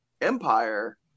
Empire